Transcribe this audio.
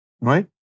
Right